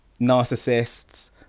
narcissists